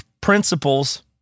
principles